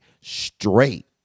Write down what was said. straight